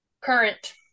Current